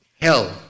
hell